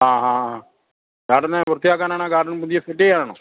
ആ ആ ആ ഗാർഡന് വൃത്തിയാക്കാനാണോ ഗാർഡൻ പുതിയത് ഫിറ്റ് ചെയ്യാനാണോ